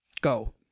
go